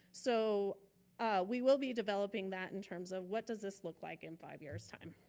so we will be developing that in terms of what does this look like in five years time.